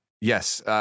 Yes